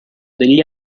degli